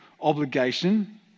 obligation